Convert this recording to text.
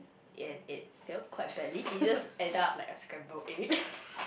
and it failed quite badly it just ended up like a scrambled egg